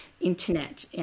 internet